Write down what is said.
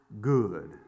Good